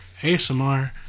ASMR